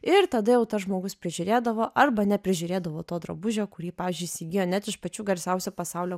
ir tada jau tas žmogus prižiūrėdavo arba neprižiūrėdavo to drabužio kurį pavyzdžiui įsigijo net iš pačių garsiausių pasaulio